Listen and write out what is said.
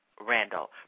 Randall